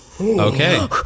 Okay